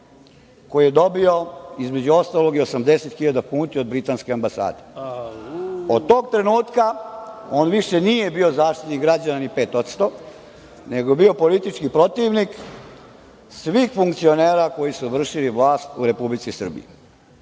koji je dobio, između ostalog, 80 hiljada funti od britanske ambasade. Od tog trenutka, on više nije bio ni 5% Zaštitnik građana, nego je bio politički protivnik svih funkcionera koji su vršili vlast u Republici Srbiji.